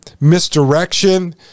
misdirection